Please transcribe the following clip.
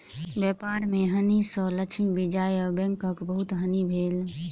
व्यापार में हानि सँ लक्ष्मी विजया बैंकक बहुत हानि भेल